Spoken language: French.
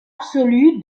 absolu